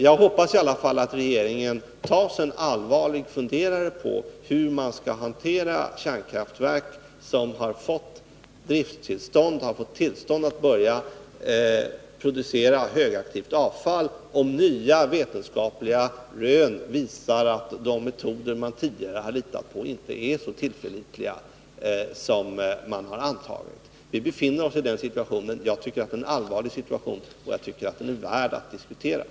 Jag hoppas alla fallatt regeringen tar sig en allvarlig funderare på hur man skall hantera kärnkraftverk som har fått drifttillstånd, har fått tillstånd att börja producera högaktivt avfall, om nya vetenskapliga rön visar att de metoder man tidigare har litat på inte är så tillförlitliga som man har antagit. Vi befinner oss i den situationen. Jag tycker att det är en allvarlig situation, som är värd att diskuteras.